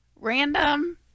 Random